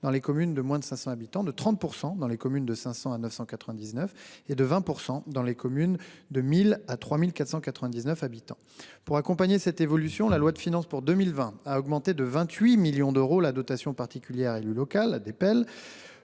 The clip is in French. dans les communes de moins de 500 habitants, de 30 % dans les communes de 500 à 999 habitants, et de 20 % dans les communes de 1 000 à 3 499 habitants. Pour accompagner cette évolution, la loi de finances pour 2020 a augmenté de 28 millions d'euros la DPEL, portant son montant total